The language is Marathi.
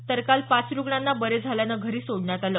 तर काल पाच रुग्णांना बरे झाल्यानं घरी सोडण्यात आलं